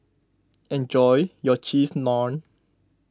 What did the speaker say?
enjoy your Cheese Naan